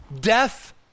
Death